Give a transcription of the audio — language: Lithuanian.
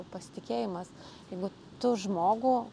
pasitikėjimas jeigu tu žmogų